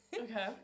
okay